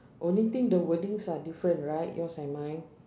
only thing the wordings are different right yours and mine